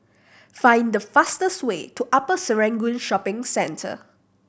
find the fastest way to Upper Serangoon Shopping Centre